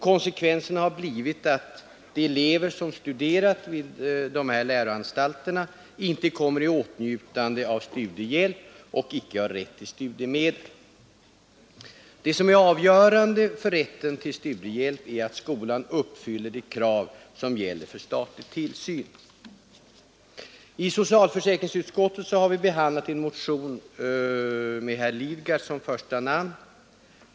Konsekvenserna har blivit att de elever som studerat vid dessa läroanstalter icke kommer i åtnjutande av studiehjälp och icke har rätt till studiemedel. Det som är avgörande för rätten till studiehjälp är att skolan uppfyller de krav som gäller för statlig tillsyn. I socialförsäkringsutskottet har vi behandlat en motion med herr Lidgard som första namn.